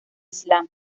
islam